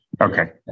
Okay